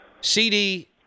CD